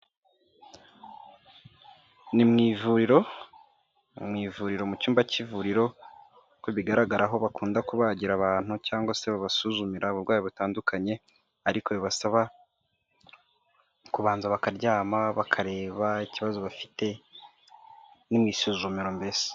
Ni mu ivuriro, mu ivuriro mu cyumba cy'ivuriro ko bigaragara aho bakunda kubagira abantu cyangwa se babasuzumira uburwayi butandukanye, ariko bibasaba kubanza bakaryama bakareba ikibazo bafite, ni mu isuzumiro mbese.